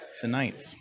tonight